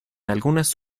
algunas